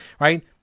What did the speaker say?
right